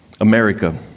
America